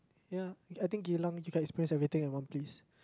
ya I think Geylang you can experience everything at one place